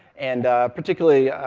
and particularly,